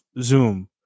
zoom